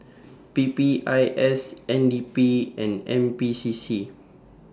P P I S N D P and N P C C